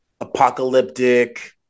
apocalyptic